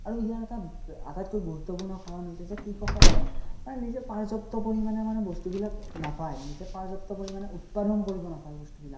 আৰু ইয়াৰ এটা আটাইতকৈ গুৰুত্বপূৰ্ণ কাৰণ হৈছে যে কৃষকসকলে মানে নিজে পাৰ্যপ্ত পৰিমাণে মানে বস্তুবিলাক নাপায় নিজে পাৰ্যপ্ত পৰিমাণে উৎপাদন কৰিব নাপায় বস্তুবিলাক